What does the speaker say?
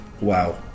wow